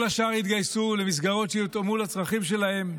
כל השאר יתגייסו למסגרות שיותאמו לצרכים שלהם.